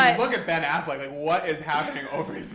um look at ben affleck. what is happening over